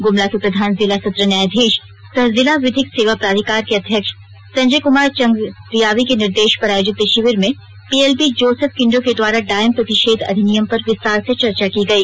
गुमला के प्रधान जिला सत्र न्यायाधीश सह जिला विधिक सेवा प्राधिकार के अध्यक्ष संजय कुमार चंधरियावी के निर्देश पर आयोजित इस शिविर में पीएलबी जोसेफ किंडो के द्वारा डायन प्रतिषेध अधिनियम पर विस्तार से चर्चा की गई